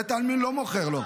בית העלמין לא מוכר לו.